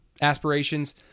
aspirations